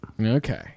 Okay